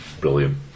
Brilliant